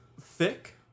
thick